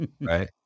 Right